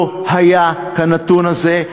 לא היה כנתון הזה.